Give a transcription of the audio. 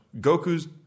Goku's